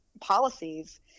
policies